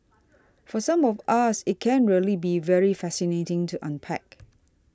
for some of us it can really be very fascinating to unpack